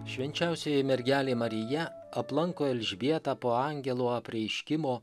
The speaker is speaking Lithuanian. švčiausioji mergelė marija aplanko elžbietą po angelo apreiškimo